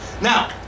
Now